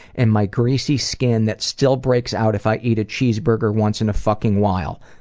and my greasy skin that still breaks out if i eat a cheeseburger once in a fucking while.